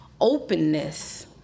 openness